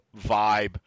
vibe